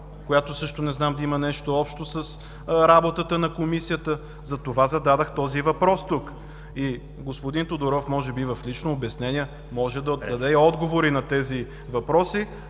която също не знам да има нещо общо с работата на Комисията. Затова зададох този въпрос тук. Господин Тодоров може би в лично обяснение може да отдаде отговори на тези въпроси.